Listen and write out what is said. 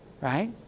Right